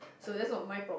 so that's not my problem